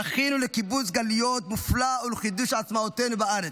זכינו לקיבוץ גלויות מופלא ולחידוש עצמאותנו בארץ.